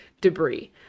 debris